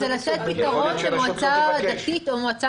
זה לתת פתרון למועצה דתית או מועצה